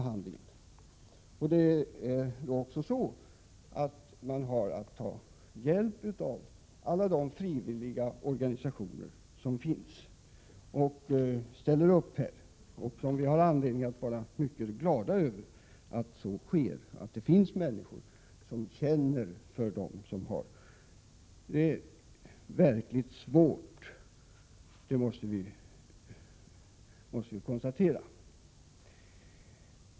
Man har också att ta hjälp av alla de frivilliga organisationer som finns och ställer upp här. Vi har all anledning att vara mycket glada över att det finns människor som känner för dem som verkligen har det svårt. Detta måste vi konstatera.